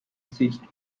switched